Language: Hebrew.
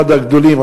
אחד הגדולים,